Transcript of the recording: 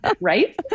Right